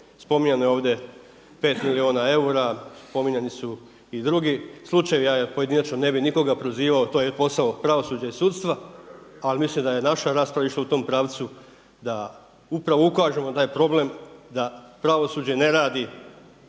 Spominjano je ovdje pet milijuna eura, spominjani su i drugi slučajevi, ja pojedinačno nikoga ne bi prozivao to je posao pravosuđa i sudstva. Ali mislim da je naša rasprava išla u tom pravcu da upravo ukažemo da je problem da pravosuđe ne radi